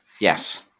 Yes